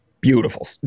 beautiful